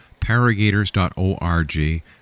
Paragators.org